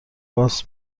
باس